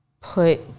put